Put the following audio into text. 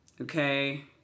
Okay